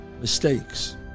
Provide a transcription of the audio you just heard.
mistakes